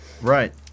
Right